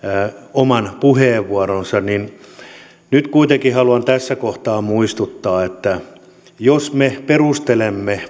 oman puheenvuoronsa mutta nyt kuitenkin haluan tässä kohtaa muistuttaa että jos me perustelemme